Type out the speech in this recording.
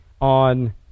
on